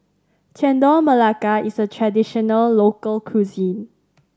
Chendol Melaka is a traditional local cuisine